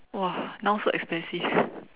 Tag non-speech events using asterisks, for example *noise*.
!wah! now so expensive *breath*